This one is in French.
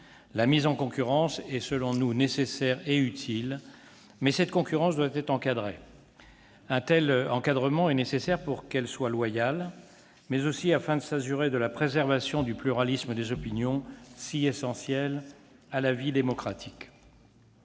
La mise en concurrence est selon nous nécessaire et utile ; mais cette concurrence doit être encadrée. Un tel encadrement est nécessaire pour que la concurrence soit loyale, mais aussi afin de garantir la préservation du pluralisme des opinions, si essentiel à la vie démocratique.